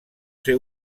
ser